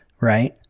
right